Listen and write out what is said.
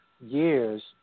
years